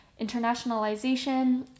internationalization